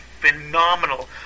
phenomenal